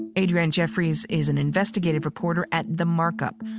adrianne jefferys is an investigative reporter at the mark-up.